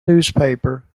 newspaper